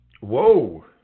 Whoa